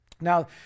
Now